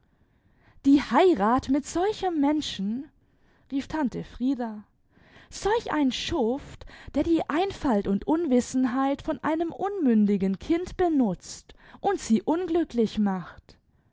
die heirat mit solchem menschen rief tante frieda solch ein schuft der die einfalt und unwissenheit von einem unmündigen kind benutzt und sie unglücklich macht